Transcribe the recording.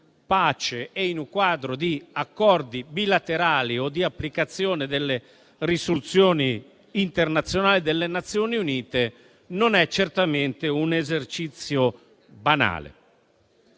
pace e di accordi bilaterali o di applicazione delle risoluzioni internazionali delle Nazioni Unite, non è certamente un esercizio banale.